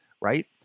Right